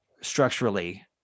structurally